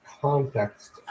context